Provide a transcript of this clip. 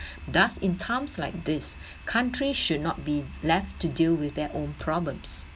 thus in times like these countries should not be left to deal with their own problems